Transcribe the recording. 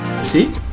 See